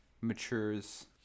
matures